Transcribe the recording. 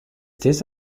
this